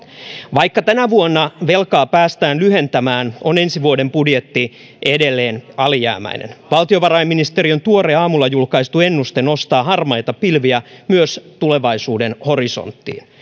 vaikka tänä vuonna velkaa päästään lyhentämään on ensi vuoden budjetti edelleen alijäämäinen valtiovarainministeriön tuore aamulla julkaistu ennuste nostaa harmaita pilviä myös tulevaisuuden horisonttiin